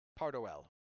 Pardoel